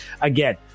Again